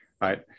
Right